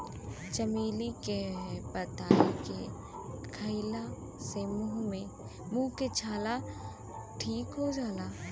चमेली के पतइ के खईला से मुंह के छाला ठीक हो जाला